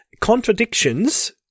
contradictions